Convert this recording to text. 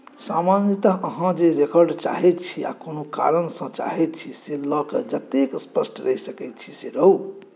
सामान्यतः अहाँ जे रिकॉर्ड चाहैत छी आओर कोनो कारणसँ चाहैत छी से लऽ कऽ जतेक स्पष्ट रहि सकैत छी से रहू